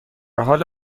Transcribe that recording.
حال